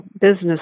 business